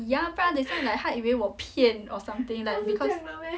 ya 不然等一下 like 他以为我骗 or something like because